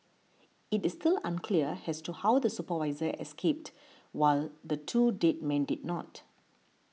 it is still unclear as to how the supervisor escaped while the two dead men did not